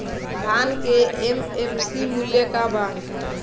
धान के एम.एफ.सी मूल्य का बा?